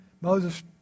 Moses